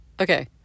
okay